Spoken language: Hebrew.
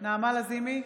נעמה לזימי,